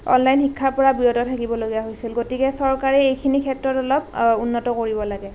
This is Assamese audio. অনলাইন শিক্ষাৰ পৰা বিৰত থাকিবলগীয়া হৈছিল গতিকে চৰকাৰে এইখিনি ক্ষেত্ৰত অলপ উন্নত কৰিব লাগে